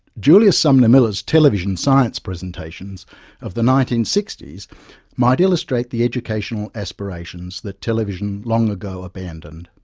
julius sumner miller's television science presentations of the nineteen sixty s might illustrate the educational aspirations that television long ago abandoned.